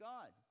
God